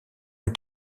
est